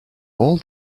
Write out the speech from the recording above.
all